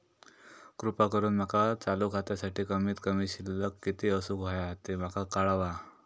कृपा करून माका चालू खात्यासाठी कमित कमी शिल्लक किती असूक होया ते माका कळवा